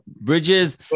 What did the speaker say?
Bridges